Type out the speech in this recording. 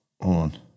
on